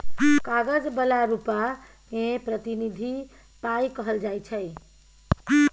कागज बला रुपा केँ प्रतिनिधि पाइ कहल जाइ छै